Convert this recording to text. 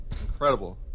incredible